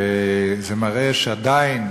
וזה מראה שעדיין,